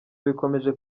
bikomeje